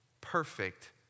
perfect